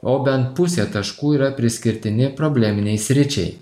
o bent pusė taškų yra priskirtini probleminei sričiai